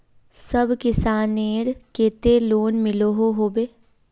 सब किसानेर केते लोन मिलोहो होबे?